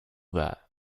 that